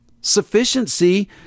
sufficiency